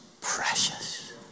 precious